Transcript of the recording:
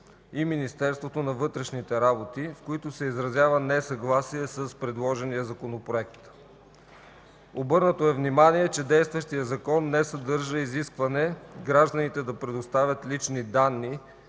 и Министерството на вътрешните работи, в които се изразява несъгласие с предложения Законопроект. Обърнато е внимание, че действащият закон не съдържа изискване гражданите да предоставят лични данни